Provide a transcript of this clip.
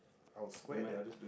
our square that